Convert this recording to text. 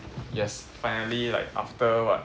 yes finally like after what